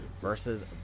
versus